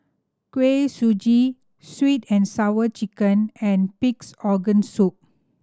Kuih Suji Sweet And Sour Chicken and Pig's Organ Soup